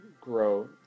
grow